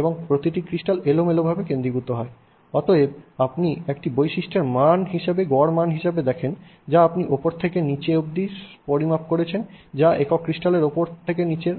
এবং প্রতিটি ক্রিস্টাল এলোমেলোভাবে কেন্দ্রীভূত হয় অতএব আপনি একটি বৈশিষ্ট্যের মান হিসাবে যা দেখেন যা আপনি উপরে থেকে নীচে অবধি পরিমাপ করছেন যা একক ক্রিস্টালের উপর থেকে নিচের